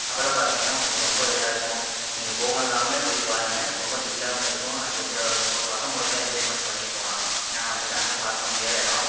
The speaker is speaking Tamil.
அப்பெல்லாம் பார்த்தீங்கன்னா உங்களுக்கு ரொம்போ இதாக இருக்கும் நீங்கள் போகலைன்னாலுமே போய் பாருங்க ரொம்ப திரில்லாகவும் இருக்கும் அட்வென்ச்சராகவும் இருக்கும் பசங்கள் கூடவெல்லாம் என்ஜாய்மெண்ட் பண்ணிட்டு போகலாம் ஏன்னா வந்துட்டு அங்கெல்லாம் பார்க்க முடியாத இடம்